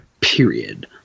period